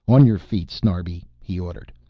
on your feet, snarbi, he ordered.